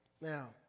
now